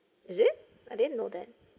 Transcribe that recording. is it I didn't know that